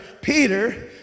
Peter